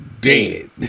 dead